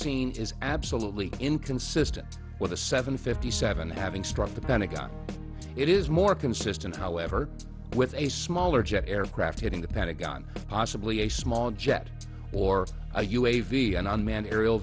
seen is absolutely inconsistent with a seven fifty seven having struck the pentagon it is more consistent however with a smaller jet aircraft hitting the pentagon possibly a small jet or a u s navy an unmanned aerial